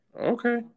okay